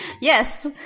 yes